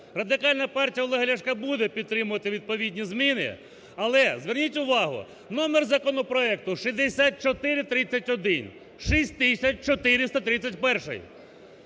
Радикальна партія Олега Ляшка буде підтримувати відповідні зміни. Але зверніть увагу, номер законопроекту 6431!